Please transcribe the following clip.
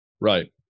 Right